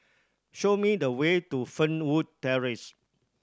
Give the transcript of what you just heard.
show me the way to Fernwood Terrace